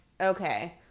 okay